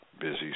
busy